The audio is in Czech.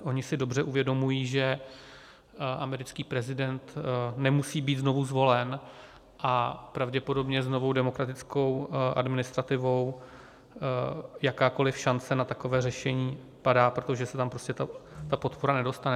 Oni si dobře uvědomují, že americký prezident nemusí být znovu zvolen, a pravděpodobně s novou demokratickou administrativou jakákoliv šance na takové řešení padá, protože se tam prostě ta podpora nedostane.